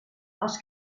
els